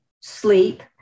sleep